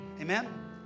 Amen